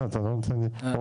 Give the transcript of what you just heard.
כן, כי אתה לא נותן לי אוכל.